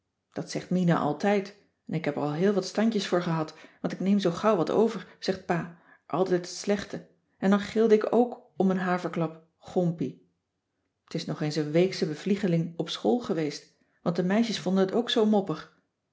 dat zegt mina altijd en ik heb er al heel wat standjes voor gehad want ik neem zoo gauw wat over zegt pa altijd het slechte en dan gilde ik ook om een haverklap gompie t is nog eens een weeksche bevliegeling op school geweest want de meisjes vonden t ook zoo moppig